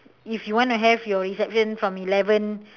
if you wanna have your reception from eleven